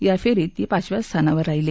या फेरीत ती पाचव्या स्थानावर राहिली